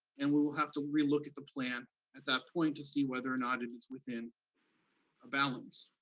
and we'll we'll have to re-look at the plan at that point to see whether or not it is within a balance.